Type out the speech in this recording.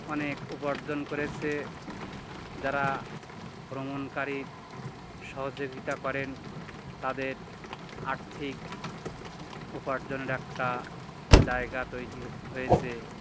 অনেক উপার্জন করেছে যারা ভ্রমণকারীর সহযোগিতা করেন তাদের আর্থিক উপার্জনের একটা জায়গা তৈরি হয়েছে